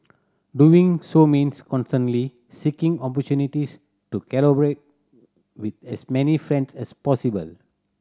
doing so means constantly seeking opportunities to collaborate with as many friends as possible